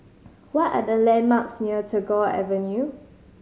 what are the landmarks near Tagore Avenue